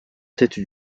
tête